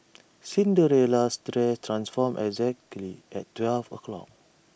Cinderella's dress transformed exactly at twelve o' clock